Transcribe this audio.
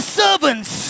servants